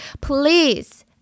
please